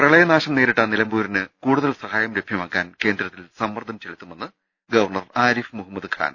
പ്രളയനാശം നേരിട്ട നിലമ്പൂരിന് കൂടുതൽ സഹായം ലഭ്യമാക്കാൻ കേന്ദ്രത്തിൽ സമ്മർദം ചെലുത്തുമെന്ന് ഗവർണർ ആരിഫ് മുഹമ്മ ദ്ഖാൻ